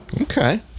Okay